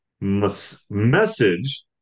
message